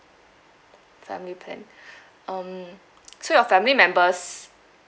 family plan um so your family members